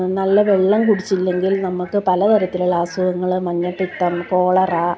നല്ല വെള്ളം കുടിച്ചില്ലെങ്കിൽ നമുക്ക് പലതരത്തിലുള്ള അസുഖങ്ങൾ മഞ്ഞപ്പിത്തം കോളറാ